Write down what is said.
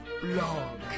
blog